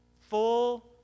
full